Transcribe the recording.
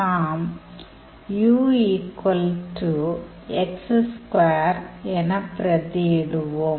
நாம் ux2 என பிரதியிடுவோம்